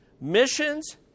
missions